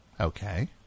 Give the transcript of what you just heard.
Okay